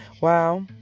Wow